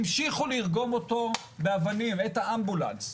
המשיכו לרגום אותו באבנים, את האמבולנס.